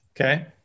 Okay